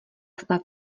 snad